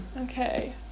okay